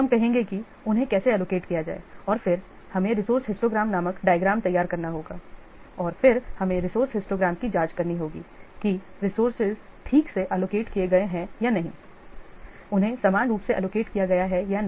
हम कहेंगे कि उन्हें कैसे एलोकेट किया जाए और फिर हमें रिसोर्से हिस्टोग्राम नामक डायग्राम तैयार करना होगा और फिर हमें रिसोर्से हिस्टोग्राम की जांच करनी होगी कि रिसोर्से ठीक से एलोकेट किए गए हैं या नहीं उन्हें समान रूप से एलोकेट किया गया है या नहीं